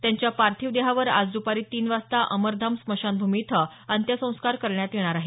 त्यांच्या पार्थिवावर आज दुपारी तीन वाजता अमरधाम स्मशानभूमी इथं अंत्यसंस्कार करण्यात येणार आहेत